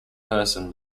person